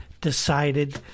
decided